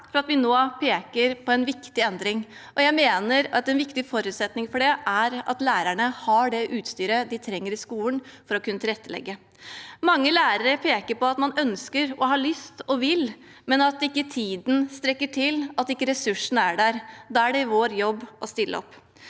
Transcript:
nå peker på en viktig endring, og jeg mener at en viktig forutsetning for det er at lærerne har det utstyret de trenger for å kunne tilrettelegge i skolen. Mange lærere peker på at man ønsker, har lyst og vil, men at tiden ikke strekker til, og at ressursene ikke er der. Da er det vår jobb å stille opp.